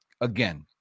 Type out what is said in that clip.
Again